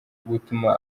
gutuma